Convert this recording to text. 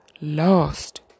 lost